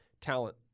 talent